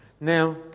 Now